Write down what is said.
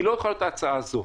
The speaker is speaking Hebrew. היא לא יכולה להיות ההצעה הזו.